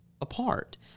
apart